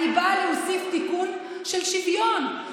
אני באה להוסיף תיקון של שוויון.